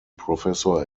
professor